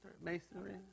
Masonry